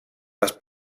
las